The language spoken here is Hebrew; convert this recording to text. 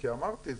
כי אמרתי,